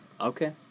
Okay